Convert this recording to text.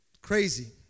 Crazy